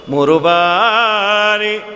Murubari